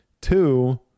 Two